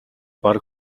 бараг